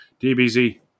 DBZ